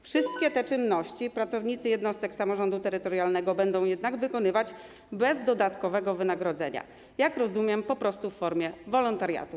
Wszystkie te czynności pracownicy jednostek samorządu terytorialnego będą jednak wykonywać bez dodatkowego wynagrodzenia, jak rozumiem, po prostu w formie wolontariatu.